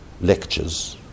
lectures